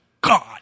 God